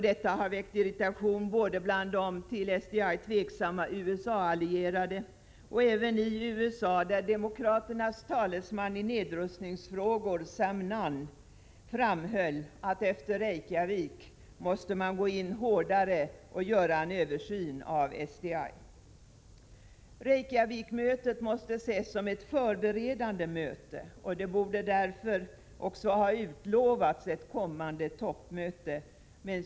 Detta har väckt irritation både bland de till SDI tveksamma USA-allierade och även i USA, där demokraternas talesman i nedrustningsfrågor, Sam Nunn, framhöll att man efter Reykjavik måste gå in hårdare och göra en översyn av SDI. Reykjavikmötet måste mer ses som ett förberedande möte — det borde därför också ha utlovats ett kommande toppmöte.